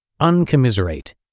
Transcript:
Uncommiserate